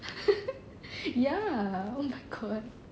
ya oh my god